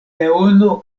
leono